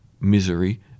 misery